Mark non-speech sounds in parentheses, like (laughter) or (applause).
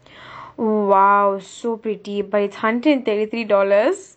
(breath) !wow! so pretty but it's hundred and thirty three dollars